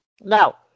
Now